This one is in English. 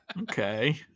Okay